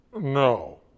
no